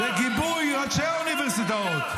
-- בגיבוי ראשי האוניברסיטאות.